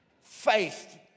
faith